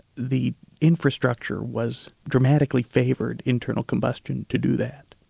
the infrastructure was dramatically favoured internal combustion to do that.